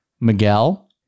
Miguel